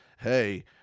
hey